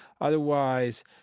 otherwise